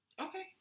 Okay